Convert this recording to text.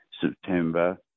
September